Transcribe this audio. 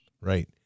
Right